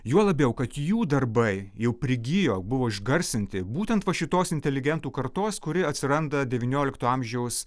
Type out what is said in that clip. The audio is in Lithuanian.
juo labiau kad jų darbai jau prigijo buvo išgarsinti būtent va šitos inteligentų kartos kuri atsiranda devyniolikto amžiaus